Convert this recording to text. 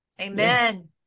amen